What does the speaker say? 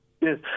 Yes